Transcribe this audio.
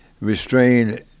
Restrained